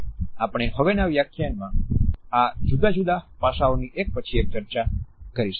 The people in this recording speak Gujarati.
આપણે હવે પછીના વ્યાખ્યાનમાં આ જુદા જુદા પાસાઓની એક પછી એક ચર્ચા કરીશું